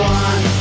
one